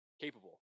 Capable